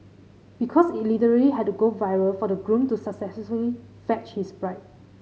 because it literally had to go viral for the groom to successfully fetch his bride